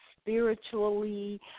spiritually